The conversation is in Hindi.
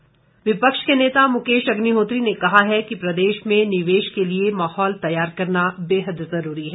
अग्निहोत्री विपक्ष के नेता मुकेश अग्निहोत्री ने कहा है कि प्रदेश में निवेश के लिए माहौल तैयार करना बेहद जरूरी है